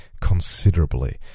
considerably